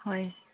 ꯍꯣꯏ